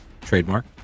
trademark